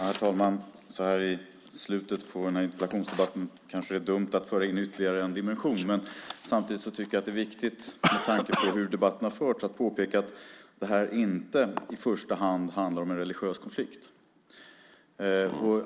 Herr talman! Så här i slutet av interpellationsdebatten är det kanske dumt att föra in ytterligare en dimension, men samtidigt tycker jag, med tanke på hur debatten har förts, att det är viktigt att påpeka att det här inte i första hand handlar om en religiös konflikt.